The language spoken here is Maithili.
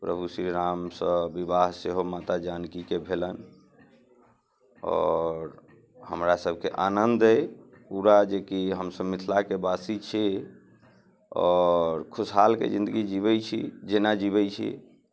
प्रभु श्रीरामसँ बिवाह सेहो माता जानकीके भेलनि आओर हमरा सबके आनन्द अइ पूरा जेकि हमसब मिथिलाके वासी छी आओर खुशहालके जिन्दगी जीबै छी जेना जीबै छी